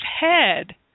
head